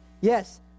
Yes